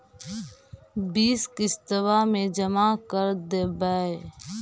बिस किस्तवा मे जमा कर देवै?